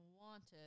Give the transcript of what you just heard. wanted